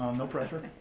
no pressure.